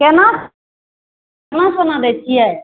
केना केना सोना दै छियै